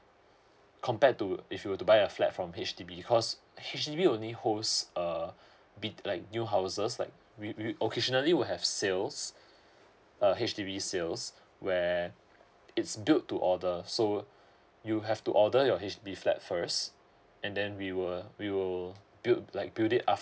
compared to if you were to buy a flat from H_D_B cause H_D_B only host err bit like new houses like we we occasionally will have sales uh H_D_B sales where it's built to order so you have to order your H_D_B flat first and then we were we will build like build it after